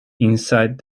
inside